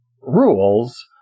rules